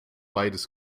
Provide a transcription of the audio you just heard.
beides